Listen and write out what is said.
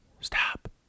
stop